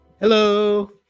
hello